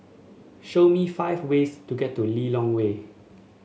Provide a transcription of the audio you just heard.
show me five ways to get to Lilongwe